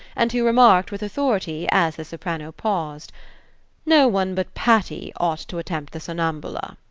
and who remarked with authority, as the soprano paused no one but patti ought to attempt the sonnambula.